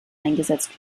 eingesetzt